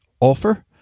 offer